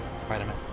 Spider-Man